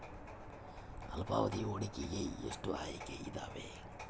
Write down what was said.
ಅಲ್ಪಾವಧಿ ಹೂಡಿಕೆಗೆ ಎಷ್ಟು ಆಯ್ಕೆ ಇದಾವೇ?